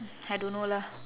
I don't know lah